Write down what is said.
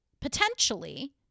Potentially